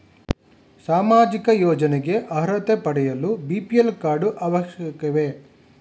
ಸಾಮಾಜಿಕ ಯೋಜನೆಗೆ ಅರ್ಹತೆ ಪಡೆಯಲು ಬಿ.ಪಿ.ಎಲ್ ಕಾರ್ಡ್ ಅವಶ್ಯಕವೇ?